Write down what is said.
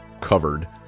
covered